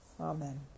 Amen